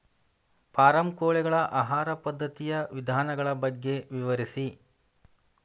form ಕೋಳಿಗಳ ಆಹಾರ ಪದ್ಧತಿಯ ವಿಧಾನಗಳ ಬಗ್ಗೆ ವಿವರಿಸಿ